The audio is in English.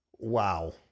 Wow